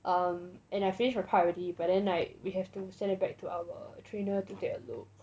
um and I finish my part already but then like we have to send it back to our trainer to take a look